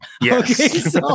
Yes